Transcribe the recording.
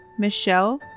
Michelle